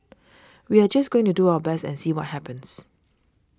we are just going to do our best and see what happens